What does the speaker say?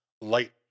light